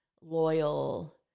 loyal